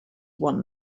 one